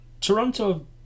Toronto